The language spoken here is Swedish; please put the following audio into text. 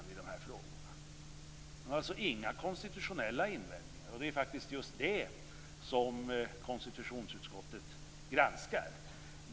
De har alltså inga konstitutionella invändningar, och det är faktiskt just det som konstitutionsutskottet granskar.